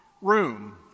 room